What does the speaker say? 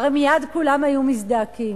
הרי מייד כולם היו מזדעקים.